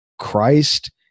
Christ